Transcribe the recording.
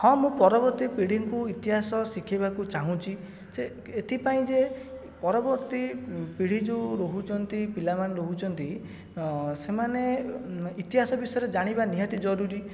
ହଁ ମୁଁ ପରବର୍ତ୍ତୀ ପିଢ଼ିଙ୍କୁ ଇତିହାସ ଶିଖେଇବାକୁ ଚାହୁଁଛି ଯେ ଏଥିପାଇଁ ଯେ ପରବର୍ତ୍ତୀ ପିଢ଼ି ଯେଉଁ ରହୁଛନ୍ତି ପିଲାମାନେ ରହୁଛନ୍ତି ସେମାନେ ଇତିହାସ ବିଷୟରେ ଜାଣିବା ନିହାତି ଜରୁରୀ